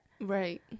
right